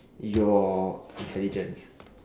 your intelligence